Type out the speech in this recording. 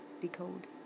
decode